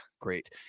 great